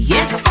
Yes